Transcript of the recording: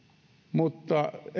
mutta